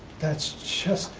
that's just,